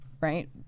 right